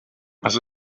was